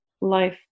life